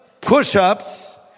push-ups